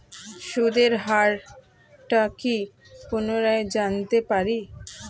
সুদের হার টা কি পুনরায় জানতে পারি?